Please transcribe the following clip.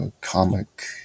comic